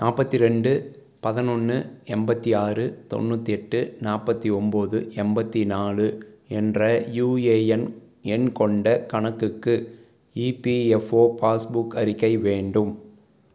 நாற்பத்தி ரெண்டு பதினொன்று எண்பத்தி ஆறு தொண்ணூற்றி எட்டு நாற்பத்தி ஒன்போது எண்பத்தி நாலு என்ற யுஏஎன் எண் கொண்ட கணக்குக்கு இபிஎஃப்ஓ பாஸ்புக் அறிக்கை வேண்டும்